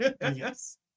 Yes